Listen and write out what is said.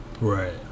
Right